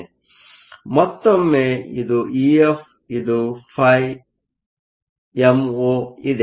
ಆದ್ದರಿಂದ ಮತ್ತೊಮ್ಮೆ ಇದು ಇಎಫ್ ಇದು φMo ಇದೆ